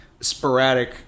sporadic